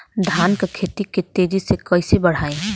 धान क खेती के तेजी से कइसे बढ़ाई?